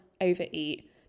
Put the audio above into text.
overeat